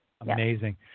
Amazing